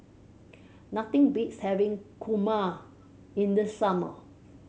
nothing beats having kurma in the summer